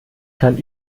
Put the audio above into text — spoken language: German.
kann